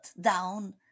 down